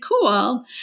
cool